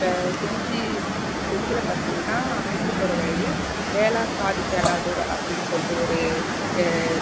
இப்ப செஞ்சி செஞ்சியில் பார்த்திங்கன்னா செஞ்சி போகிற வழியில் வேலா காது கேளாதோர் அப்படின்னு சொல்லிட்டு ஒரு